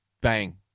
Bang